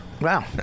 Wow